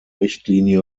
richtlinie